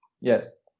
Yes